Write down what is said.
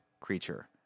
creature